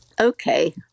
okay